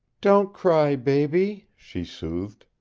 don't cry, baby, she soothed.